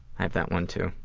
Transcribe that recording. i have that one, too.